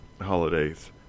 holidays